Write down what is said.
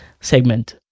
segment